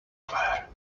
claire